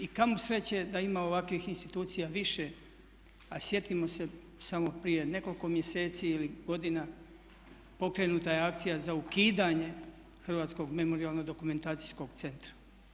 I kamo sreće da ima ovakvih institucija više, a sjetimo se samo prije nekoliko mjeseci ili godina pokrenuta je akcija za ukidanje Hrvatsko memorijalno-dokumentacijskog centra.